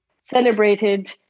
celebrated